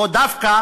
או דווקא